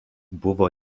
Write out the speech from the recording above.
buvo